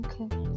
Okay